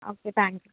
okay thank you